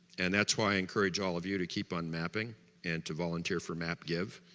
and that's why i encourage all of you to keep on mapping and to volunteer for map give,